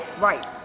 right